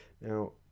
Now